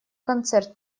концерт